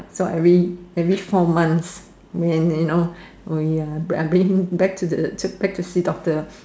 so every every four months when you know we are I bring him back to see doctor